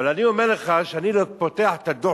אבל אני אומר לך שכשאני פותח את הדוח